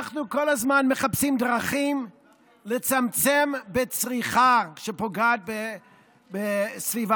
אנחנו כל הזמן מחפשים דרכים לצמצם בצריכה שפוגעת בסביבה,